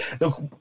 look